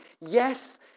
Yes